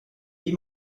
wie